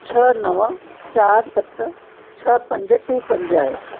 छह नव चारि सत छह पंज टू पंज आहे